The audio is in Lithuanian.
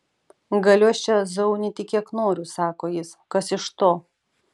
galiu aš čia zaunyti kiek noriu sako jis kas iš to